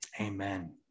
amen